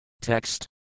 Text